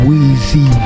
Weezy